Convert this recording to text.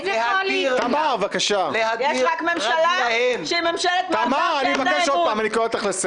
יש רק ממשלה, שהיא ממשלת מעבר שאין בה אמון.